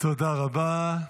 תודה רבה.